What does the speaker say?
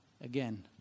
Again